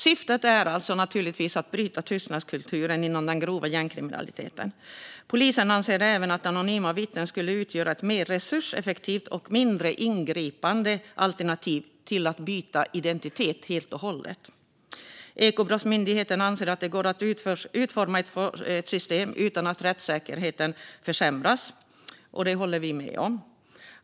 Syftet är naturligtvis att bryta tystnadskulturen inom den grova gängkriminaliteten. Polisen anser även att anonyma vittnen skulle utgöra ett mer resurseffektivt och mindre ingripande alternativ till att byta identitet helt och hållet. Ekobrottsmyndigheten anser att det går att utforma ett system utan att rättssäkerheten försämras, och det håller vi moderater med om.